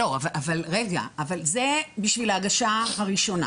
אבל זה בשביל ההגשה הראשונה.